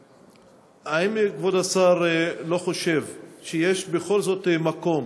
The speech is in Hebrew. האם כבוד השר לא חושב שיש בכל זאת מקום